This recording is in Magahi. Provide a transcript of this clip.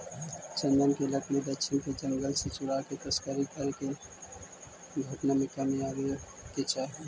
चन्दन के लकड़ी दक्षिण के जंगल से चुराके तस्करी करे के घटना में कमी आवे के चाहि